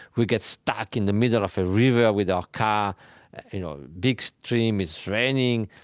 we get stuck in the middle of a river with our car. you know a big stream, it's raining,